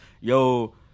yo